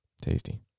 tasty